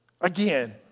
Again